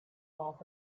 half